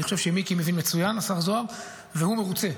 אני חושב שמיקי מבין מצוין, השר זוהר, והוא מרוצה.